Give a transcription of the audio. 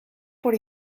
por